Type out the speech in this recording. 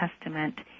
Testament